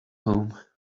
home